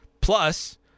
Plus